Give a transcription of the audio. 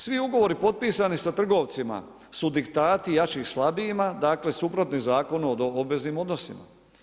Svi ugovori potpisani sa trgovcima su diktati jačih slabijima, dakle suprotni Zakon o obveznim odnosima.